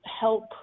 help